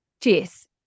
Jess